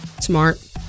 Smart